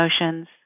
emotions